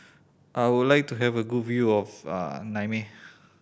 I would like to have a good view of Niamey